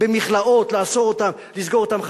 במכלאות לאסור אותם, לסגור אותם.